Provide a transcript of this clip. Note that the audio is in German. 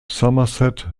somerset